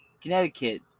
Connecticut